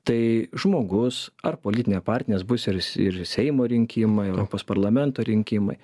tai žmogus ar politinė partija nes bus ir ir seimo rinkimai europos parlamento rinkimai